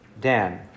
Dan